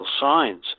signs